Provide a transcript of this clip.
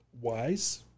wise